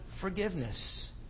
forgiveness